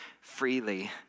freely